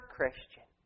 Christian